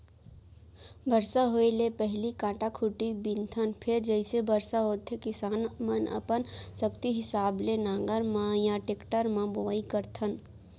बरसा होए ले पहिली कांटा खूंटी बिनथन फेर जइसे बरसा होथे किसान मनअपन सक्ति हिसाब ले नांगर म या टेक्टर म बोआइ करथन